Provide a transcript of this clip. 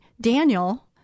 Daniel